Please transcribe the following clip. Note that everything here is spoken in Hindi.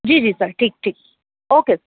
जी जी सर ठीक ठीक ओके